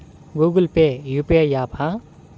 Google Pay UPI య్యాపా?